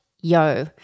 yo